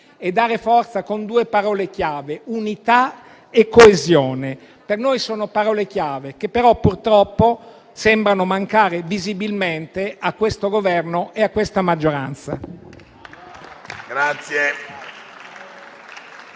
e dare forza con due parole chiave: unità e coesione. Per noi sono parole chiave, che però purtroppo sembrano mancare visibilmente a questo Governo e alla sua maggioranza.